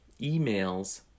emails